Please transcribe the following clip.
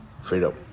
freedom